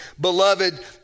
beloved